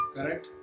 Correct